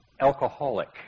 alcoholic